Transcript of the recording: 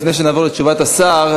לפני שנעבור לתשובת השר,